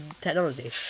technology